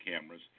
cameras